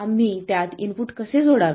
आम्ही त्यात इनपुट कसे जोडावे